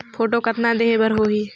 Photo कतना देहें बर होहि?